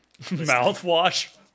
mouthwash